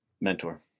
Mentor